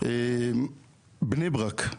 בני ברק,